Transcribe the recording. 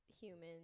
humans